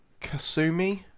Kasumi